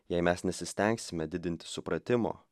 jei mes nesistengsime didinti supratimo